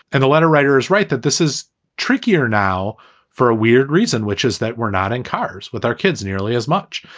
and the letter writers write that this is trickier now for a weird reason, which is that we're not in cars with our kids nearly as much.